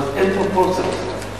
אין פרופורציה בכלל.